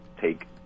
take